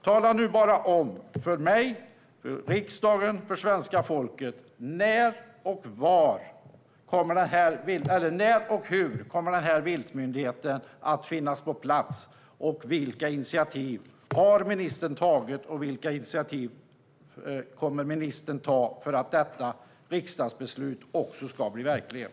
Tala nu bara om för mig, för riksdagen och för svenska folket: När och hur kommer den här viltmyndigheten att finnas på plats? Vilka initiativ har ministern tagit, och vilka initiativ kommer ministern att ta för att detta riksdagsbeslut ska bli verklighet?